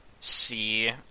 see